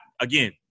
again